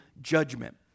judgment